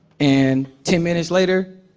and ten minutes later,